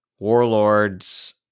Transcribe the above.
warlords